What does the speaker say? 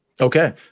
Okay